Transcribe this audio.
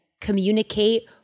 communicate